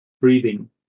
Breathing